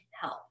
help